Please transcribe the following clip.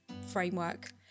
framework